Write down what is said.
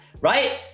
right